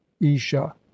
isha